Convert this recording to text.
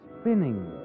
spinning